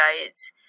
diets